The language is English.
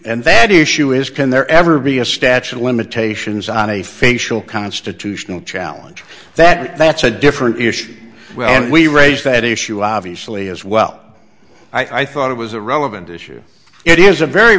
valid issue is can there ever be a statute of limitations on a facial constitutional challenge that that's a different issue and we raised that issue obviously as well i thought it was a relevant issue it is a very